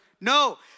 No